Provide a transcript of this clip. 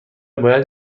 باید